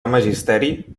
magisteri